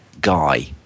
Guy